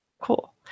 Cool